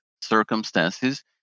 circumstances